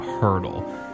Hurdle